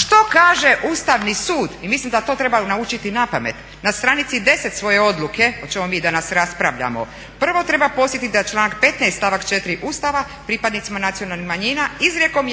što kaže Ustavni sud, i mislim da to trebaju naučiti napamet na stranici 10 svoje odluke o čemu mi danas raspravljamo, prvo treba podsjetiti na članak 15.stavak 4. Ustava pripadnicima nacionalnih manjina izrijekom